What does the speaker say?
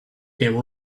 came